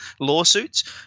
lawsuits